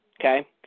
Okay